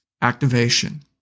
Activation